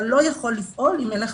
אתה לא יכול לפעול אם אין לך